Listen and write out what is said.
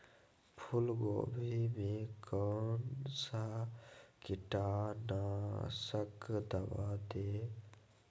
फूलगोभी में कौन सा कीटनाशक दवा दे?